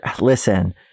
Listen